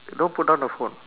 don't put down the phone